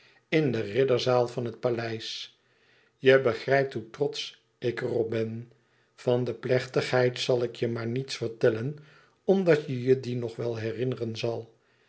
in de ridderzaal van het paleis je begrijpt hoe trotsch ik er op ben van de plechtigheid zal ik je maar niets vertellen omdat je je die nog wel herinneren zal